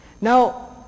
Now